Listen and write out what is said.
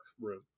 room